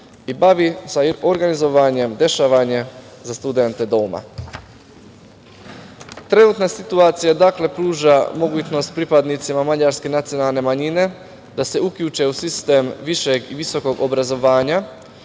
i bavi se organizovanjem dešavanja za studente doma. Trenutna situacija pruža mogućnost pripadnicima mađarske nacionalne manjine da se uključe u sistem višeg i visokog obrazovanja